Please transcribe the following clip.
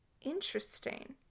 Interesting